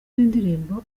w’indirimbo